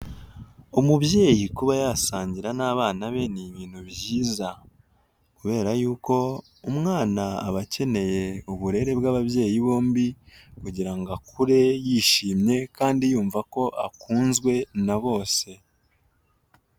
Umubyeyi kuba yasangira n'abana be ni ibintu byiza, kubera yuko umwana aba akeneye uburere bw'ababyeyi bombi kugira ngo akure yishimye kandi yumva ko akunzwe na bose.